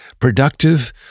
productive